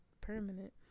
permanent